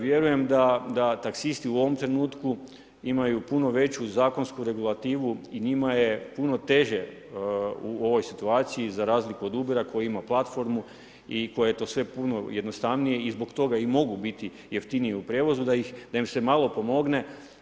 Vjerujem da taksisti u ovom trenutku imaju punu veću zakonsku regulativu i njima je puno teže u ovoj situaciji za razliku od Ubera koji ima platformu i kojem je to sve puno jednostavnije i zbog toga mogu biti jeftiniji u prijevozu, da im se malo pomogne.